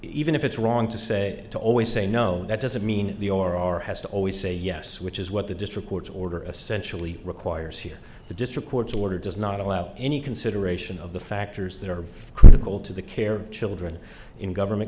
even if it's wrong to say to always say no that doesn't mean the or our has to always say yes which is what the district court's order a sensually requires here the district court's order does not allow any consideration of the factors that are critical to the care of children in government